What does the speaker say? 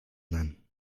nennen